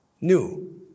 new